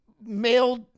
male